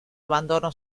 abandono